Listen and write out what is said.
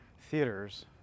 theaters